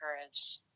courage